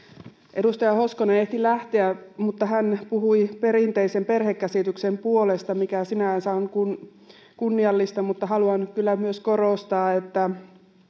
edustaja hoskonen ehti lähteä mutta hän puhui perinteisen perhekäsityksen puolesta mikä sinänsä on kunniallista mutta haluan kyllä myös korostaa että